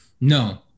No